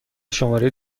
شماره